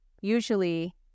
usually